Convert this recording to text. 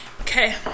Okay